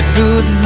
good